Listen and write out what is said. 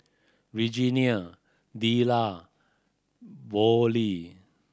Regenia Della Vollie